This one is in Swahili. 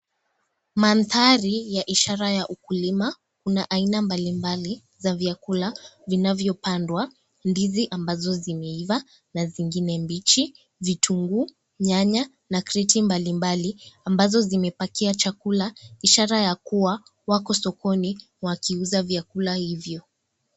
Mandhari ya ishara ya ukulima, kuna aina mbali mbali za vyakula vinavyopandwa ndizi ambazo zimeiva na zingine mbichi, vitunguu, nyanya na krati mbali mbali ambazo zimepakia chakula ishara ya kuwa wako sokoni wakiuza vyakula hivyo.